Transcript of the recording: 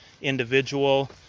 individual